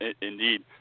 Indeed